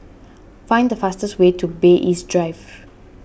find the fastest way to Bay East Drive